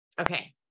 Okay